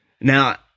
now